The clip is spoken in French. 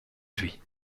lui